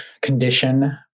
condition